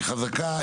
היא חזקה,